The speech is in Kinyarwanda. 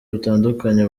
butandukanye